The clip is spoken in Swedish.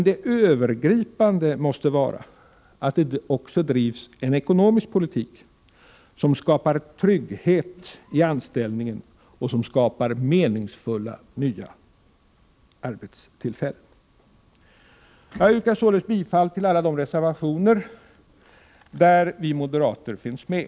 Det övergripande måste vara att det också drivs en ekonomisk politik som skapar illningen och skapar meningsfulla nya arbetstillfällen. trygghet i a Jag yrkar således bifall till alla de reservationer där vi moderater finns med.